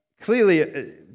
clearly